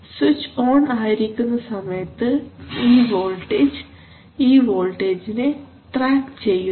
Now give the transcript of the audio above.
switch on ആയിരിക്കുന്ന സമയത്ത് ഈ വോൾട്ടേജ് ഈ വോൾട്ടേജിനെ ട്രാക്ക് ചെയ്യുന്നു